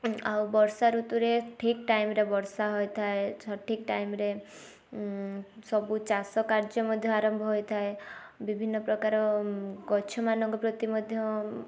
ଆଉ ବର୍ଷା ଋତୁରେ ଠିକ୍ ଟାଇମରେ ବର୍ଷା ହୋଇଥାଏ ସଠିକ୍ ଟାଇମରେ ସବୁ ଚାଷ କାର୍ଯ୍ୟ ମଧ୍ୟ ଆରମ୍ଭ ହୋଇଥାଏ ବିଭିନ୍ନ ପ୍ରକାର ଗଛମାନଙ୍କ ପ୍ରତି ମଧ୍ୟ